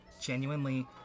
genuinely